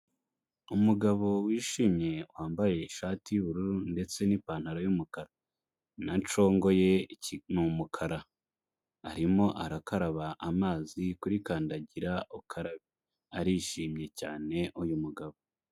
Umugabo wishimye, wambaye ishati y'ubururu ndetse n'ipantaro y'umukara, na congo ye ni umukara, arimo arakaraba amazi kuri kandagira ukarabe, arishimye cyane uyu mugabo!